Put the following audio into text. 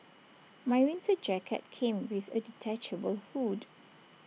my winter jacket came with A detachable hood